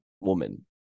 woman